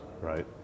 right